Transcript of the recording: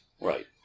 right